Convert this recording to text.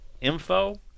info